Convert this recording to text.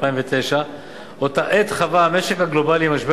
2009. באותה עת חווה המשק הגלובלי משבר